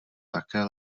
také